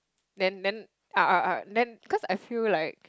then then I I I then cause I feel like